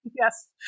Yes